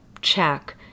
check